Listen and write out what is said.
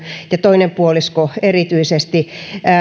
ja toinen puolisko erityisesti